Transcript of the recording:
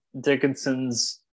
Dickinson's